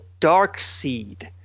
Darkseed